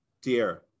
Tierra